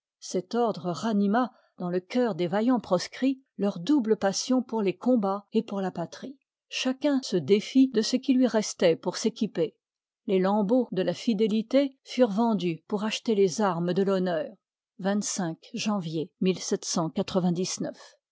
cet ordre ranima dans le cœur des vaillans proscrits leur double passion pour les combats et pour la patrie chacun se défit de ce qui lui restoit pour s'équiper les lambeaux de la fidélité furent vendus pour acheter les armes de l'honneur